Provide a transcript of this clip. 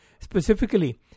Specifically